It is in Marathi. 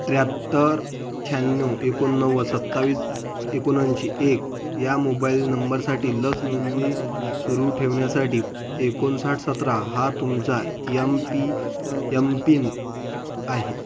त्र्याहत्तर शहाण्णव एकोणनव्वद सत्तावीस एकोणऐंशी एक या मोबाईल नंबरसाठी लस नोंदणी सुरू ठेवण्यासाठी एकोणसाठ सतरा हा तुमचा एमपि एमपिन आहे